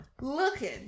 looking